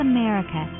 America